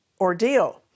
ordeal